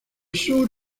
sur